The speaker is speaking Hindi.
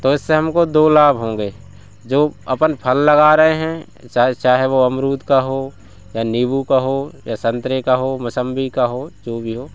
तो इससे हमको दो लाभ होंगे जो अपन फल लगा रहे हैं चाहे वो अमरूद का हो या नीबू का हो या संतरे का हो मोसम्बी का हो जो भी हो